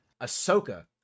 Ahsoka